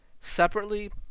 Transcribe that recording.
separately